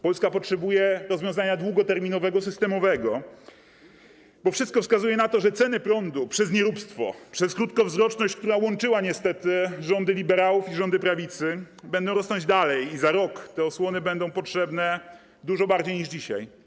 Polska potrzebuje rozwiązania długoterminowego, systemowego, bo wszystko wskazuje na to, że ceny prądu przez nieróbstwo, przez krótkowzroczność, która łączyła niestety rządy liberałów i rządy prawicy, będą rosnąć dalej i za rok te osłony będą potrzebne dużo bardziej niż dzisiaj.